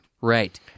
Right